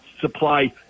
supply